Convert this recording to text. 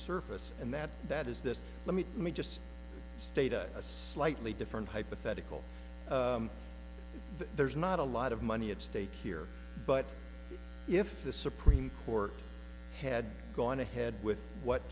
surface and that that is this let me let me just state a slightly different hypothetical that there's not a lot of money at stake here but if the supreme court had gone ahead with what